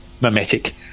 mimetic